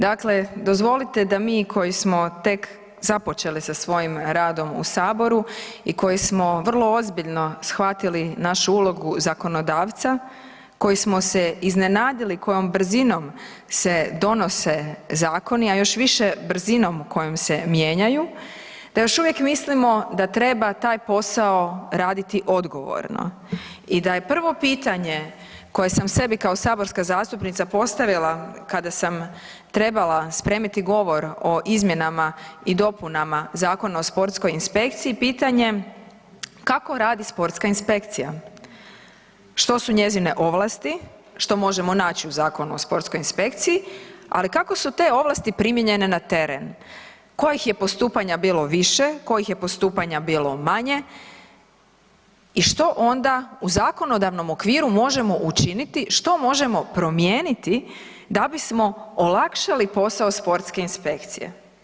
Dakle, dozvolite da mi koji smo tek započeli sa svojim radom u saboru i koji smo vrlo ozbiljno shvatili našu ulogu zakonodavca, koji smo se iznenadili kojom brzinom se donose zakoni, a još više brzinom kojom se mijenjaju da još uvijek mislimo da treba taj posao raditi odgovorno i da je prvo pitanje koje sam sebi kao saborska zastupnica postavila kada sam trebala spremiti govor o izmjenama i dopunama Zakona o sportskoj inspekciji, pitanje kako radi sportska inspekcija, što su njezine ovlasti, što možemo naći u Zakonu o sportskoj inspekciji, ali kako su te ovlasti primijenjene na teren, kojih je postupanja bilo više, kojih je postupanja bilo manje i što onda u zakonodavnom okviru možemo učiniti, što možemo promijeniti da bismo olakšali posao sportske inspekcije?